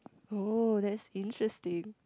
oh that's interesting